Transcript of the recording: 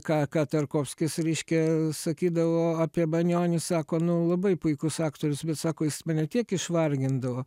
ką ką tarkovskis reiškia sakydavo apie banionį sako nu labai puikus aktorius bet sako jis mane tiek išvargindavo